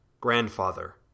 Grandfather